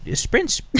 ah sprints,